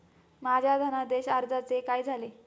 माझ्या धनादेश अर्जाचे काय झाले?